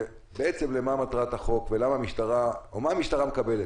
למטרת החוק ומה המשטרה מקבלת.